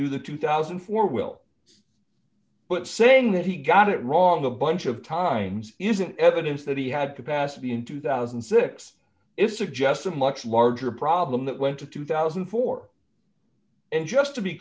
do the two thousand and four will but saying that he got it wrong a bunch of times isn't evidence that he had capacity in two thousand and six it suggests a much larger problem that went to two thousand and four and just to be